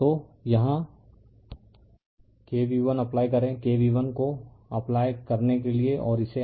तो यहाँ k v l apply करें k v l को अप्लाई करने के लिए और इसे i1 और i2 के लिए सोल्व करें